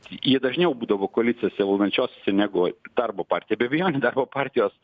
jie dažniau būdavo koalicijose valdančiosiose negu darbo partija be abejonių darbo partijos